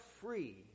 free